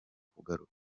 kugaruka